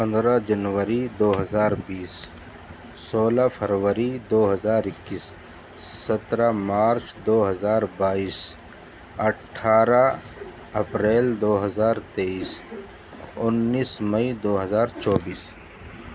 پندرہ جنوری دو ہزار بیس سولہ فروری دو ہزار اکیس سترہ مارچ دو ہزار بائیس اٹھارہ اپریل دو ہزار تئیس انیس مئی دو ہزار چوبیس